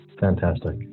Fantastic